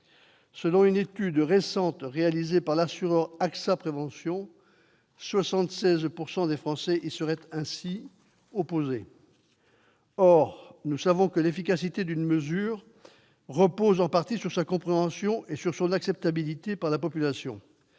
Selon une étude récente réalisée par l'assureur Axa Prévention, 76 % des Français y seraient ainsi opposés. Or nous savons que l'efficacité d'une mesure repose en partie sur sa compréhension et sur son acceptabilité par la population.